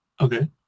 Okay